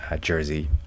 jersey